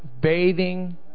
bathing